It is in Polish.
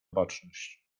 baczność